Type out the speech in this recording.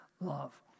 love